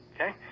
okay